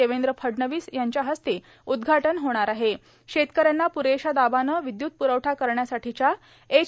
देवेंद्र फडणवीस यांच्या हस्ते उद्घाटन होणार आहेण शेतकऱ्यांना प्रेशा दाबानं विद्युत प्रवठा करण्यासाठीच्या एच